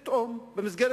פתאום, במסגרת